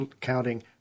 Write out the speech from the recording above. counting